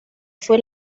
fue